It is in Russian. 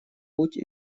путь